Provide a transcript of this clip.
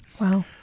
wow